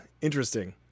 interesting